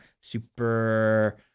super